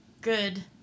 good